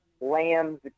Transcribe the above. lambs